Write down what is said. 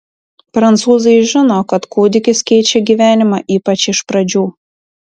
prancūzai žino kad kūdikis keičia gyvenimą ypač iš pradžių